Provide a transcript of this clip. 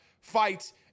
fights